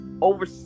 over